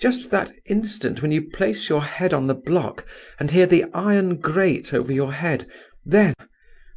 just that instant when you place your head on the block and hear the iron grate over your head then